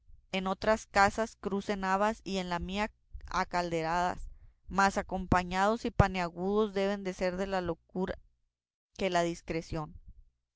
en otras casas cuecen habas y en la mía a calderadas más acompañados y paniaguados debe de tener la locura que la discreción